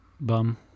bum